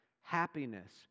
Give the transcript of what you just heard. happiness